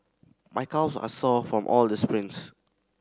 my calves are sore from all the sprints